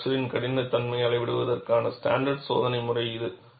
fracture கடினத்தன்மையை அளவிடுவதற்கான standard சோதனை முறை இது